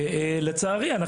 לצערי,